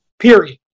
period